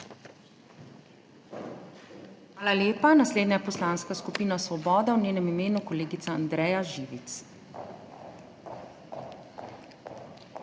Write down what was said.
Hvala lepa. Naslednja je Poslanska skupina Svoboda, v njenem imenu kolegica Andreja Živic.